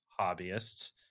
hobbyists